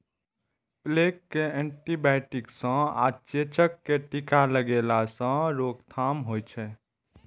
plague कें antibiotic सं आ चेचक कें टीका लगेला सं रोकथाम होइ छै